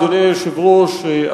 היושב-ראש,